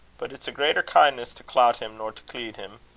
but its a greater kin'ness to clout him nor to cleed him.